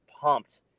pumped